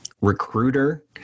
recruiter